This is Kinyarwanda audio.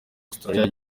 australia